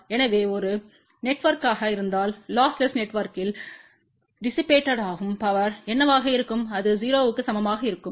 எனவே ஒரு நெட்ஒர்க்மாக இருந்தால் லொஸ்லெஸ் நெட்வொர்க்கில் டிசிபேகப்படும் பவர் என்னவாக இருக்கும் அது 0 க்கு சமமாக இருக்கும்